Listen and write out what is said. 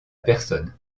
personne